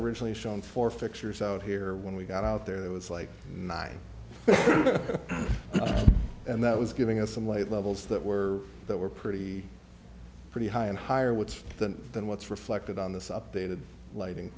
originally shown four fixtures out here when we got out there it was like nine and that was giving us some light levels that were that were pretty pretty high and higher with that than what's reflected on this updated lighting